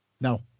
No